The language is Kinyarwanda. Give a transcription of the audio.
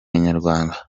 inyarwanda